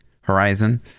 horizon